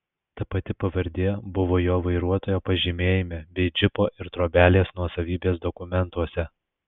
ta pati pavardė buvo jo vairuotojo pažymėjime bei džipo ir trobelės nuosavybės dokumentuose